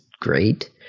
great